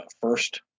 first